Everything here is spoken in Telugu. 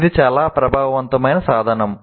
ఇది చాలా ప్రభావవంతమైన సాధనం